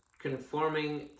conforming